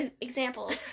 examples